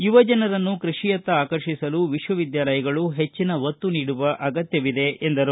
ಯುವ ಜನರನ್ನು ಕೃಷಿಯತ್ತ ಆಕರ್ಷಿಸಲು ವಿಶ್ವವಿದ್ಯಾಲಯಗಳು ಹೆಚ್ಚಿನ ಒತ್ತು ನಿಡುವ ಅಗತ್ತವಿದೆ ಎಂದರು